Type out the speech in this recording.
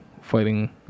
fighting